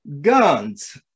Guns